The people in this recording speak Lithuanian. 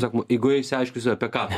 sakoma eigoje išsiaiškinsiu apie ką